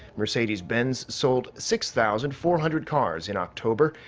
mercedes-benz sold six thousand four hundred cars in october,